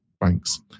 Thanks